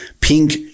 pink